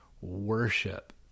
worship